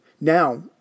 now